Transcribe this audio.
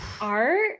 art